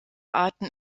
arten